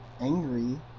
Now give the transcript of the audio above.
Angry